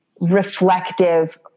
reflective